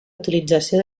utilització